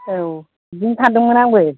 औ बिदिनो सान्दोंमोन आंबो